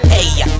Hey